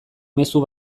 mezu